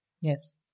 Yes